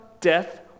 death